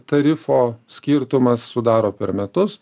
tarifo skirtumas sudaro per metus